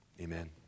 Amen